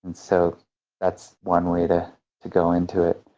and so that's one way to to go into it.